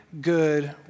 good